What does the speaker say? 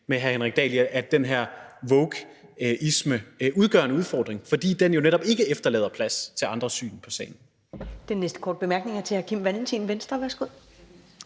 med hr. Henrik Dahl i, at den her wokeisme udgør en udfordring, fordi den jo netop ikke efterlader plads til andre syn på sagen. Kl. 19:17 Første næstformand (Karen Ellemann): Den næste korte bemærkning er til hr. Kim Valentin, Venstre. Værsgo.